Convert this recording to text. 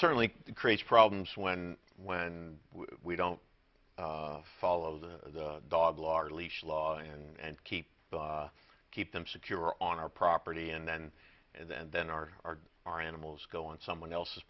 certainly creates problems when when we don't follow the dog large leash law and keep the keep them secure on our property and then and then our our our animals go on someone else's